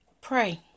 pray